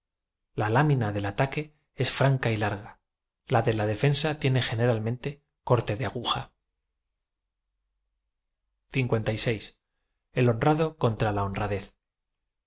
lám ina del ataque es fran ca y larga la de la defensa tiene generalmente corte de aguja el honrado contra la honradez